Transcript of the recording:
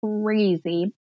crazy